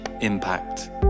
impact